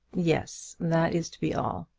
yes that is to be all.